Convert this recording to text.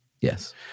Yes